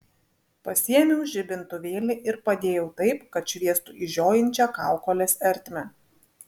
pasiėmiau žibintuvėlį ir padėjau taip kad šviestų į žiojinčią kaukolės ertmę